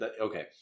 Okay